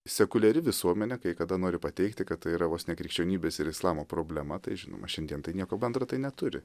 sekuliari visuomenė kai kada nori pateikti kad tai yra vos ne krikščionybės ir islamo problema tai žinoma šiandien tai nieko bendro tai neturi